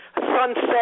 sunset